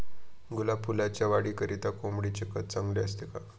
गुलाब फुलाच्या वाढीकरिता कोंबडीचे खत चांगले असते का?